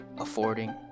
affording